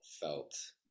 felt